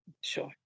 sure